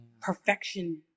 perfection